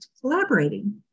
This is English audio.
collaborating